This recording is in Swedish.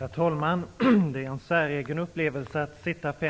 Herr talman! Det är en säregen upplevelse att bli apostroferad i